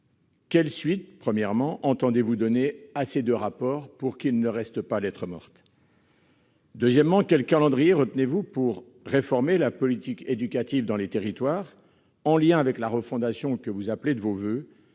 quelles suites entendez-vous donner à ces deux rapports pour qu'ils ne restent pas lettre morte ?